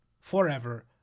forever